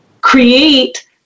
create